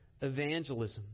evangelism